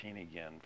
again